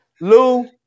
Lou